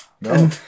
No